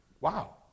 Wow